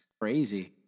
crazy